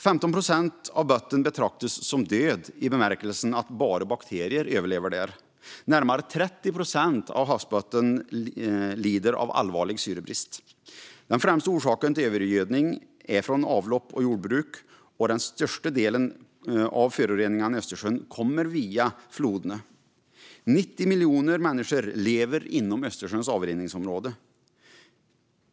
15 procent av botten betraktas som död i den bemärkelsen att bara bakterier överlever där. Närmare 30 procent av havsbotten lider av allvarlig syrebrist. Den främsta orsaken är övergödning från avlopp och jordbruk, och den största delen av föroreningarna i Östersjön kommer via floderna. Inom Östersjöns avrinningsområde lever 90 miljoner människor.